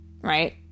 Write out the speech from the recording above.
right